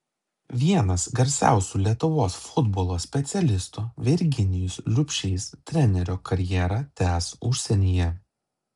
vienas garsiausių lietuvos futbolo specialistų virginijus liubšys trenerio karjerą tęs užsienyje